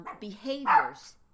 behaviors